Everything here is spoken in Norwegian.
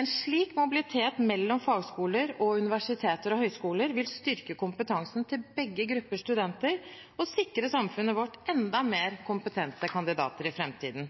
En slik mobilitet mellom fagskoler og universiteter og høyskoler vil styrke kompetansen til begge grupper studenter og sikre samfunnet vårt enda mer kompetente kandidater i framtiden.